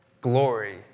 Glory